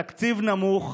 בתקציב נמוך,